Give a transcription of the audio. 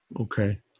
Okay